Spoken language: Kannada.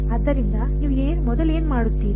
ಆದ್ದರಿಂದ ನೀವು ಮೊದಲು ಏನು ಮಾಡುತ್ತೀರಿ